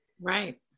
right